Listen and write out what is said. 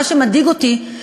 מה שמדאיג אותי,